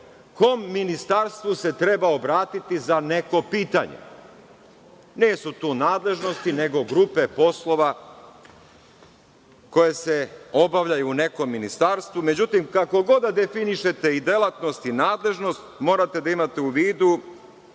kom ministarstvu se treba obratiti za neko pitanje. Nisu to nadležnosti nego grupe poslova koji se obavljaju u nekom ministarstvu.Međutim, kako god da definišete i delatnost i nadležnost, morate da imate u vidu